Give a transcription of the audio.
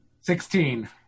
Sixteen